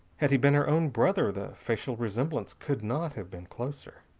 had he been her own brother the facial resemblance could not have been closer.